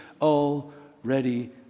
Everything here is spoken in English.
already